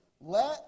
Let